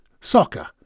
Soccer